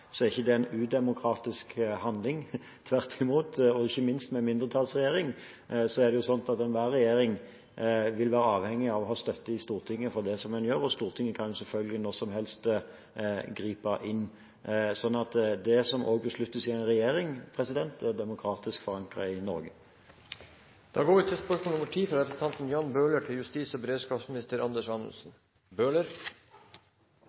er ikke det en udemokratisk handling – tvert imot. Enhver regjering – ikke minst en mindretallsregjering – vil være avhengig av å ha støtte i Stortinget for det som en gjør, og Stortinget kan selvfølgelig når som helst gripe inn. Det som besluttes i en regjering, er demokratisk forankret i Norge. Jeg tillater meg å stille følgende spørsmål til justis- og beredskapsministeren: «En arbeidsgruppe som arbeider med ny våpeninstruks, leverte innstilling 13. september 2013 med forslag til hvordan politiet kan sikres god og